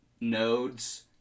Nodes